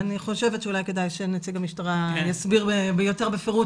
אני חושבת שאולי כדאי שנציג המשטרה יסביר ביתר פירוט